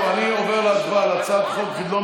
אז אני עובר להצבעה על הצעת חוק חדלות